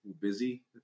Busy